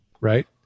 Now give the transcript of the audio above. right